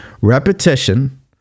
Repetition